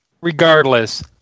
regardless